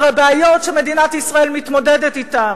הבעיות שמדינת ישראל מתמודדת אתן